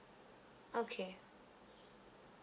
okay